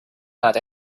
had